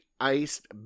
iced